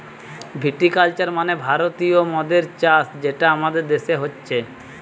ভিটি culture মানে ভারতীয় মদের চাষ যেটা আমাদের দেশে হচ্ছে